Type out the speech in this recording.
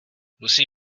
musí